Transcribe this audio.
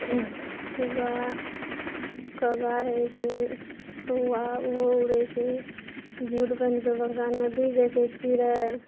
सुगा कागा रहै छै कौआ ओहो उड़ै छै जूट बान्हि कऽ बड़का नदी जाइ छै चिड़ै